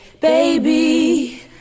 Baby